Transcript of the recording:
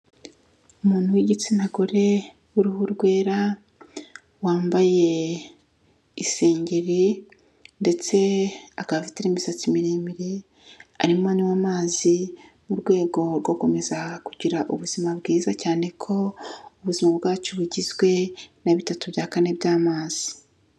Umuntu w'igitsina gore, w'uruhu rwera, wambaye isengeri ndetse akaba afite imisatsi miremire, arimo anywa amazi mu rwego rwo gukomeza kugira ubuzima bwiza, cyane ko ubuzima bwacu bugizwe na bitatu bya kane by'amazi.